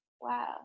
wow